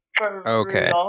Okay